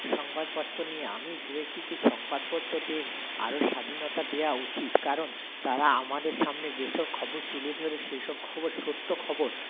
সংবাদপত্র নিয়ে আমি ভেবেছি যে সংবাদপত্র দিয়ে আরও স্বাধীনতা দেওয়া উচিৎ কারণ তারা আমাদের সামনে যেসব খবর তুলে ধরে সেসব খবর সত্য খবর